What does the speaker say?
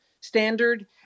standard